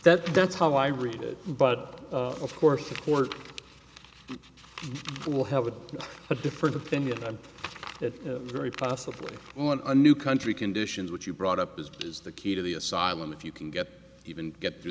that that's how i read it but of course of course you will have a different opinion on that very possibly want a new country conditions which you brought up as is the key to the asylum if you can get even get through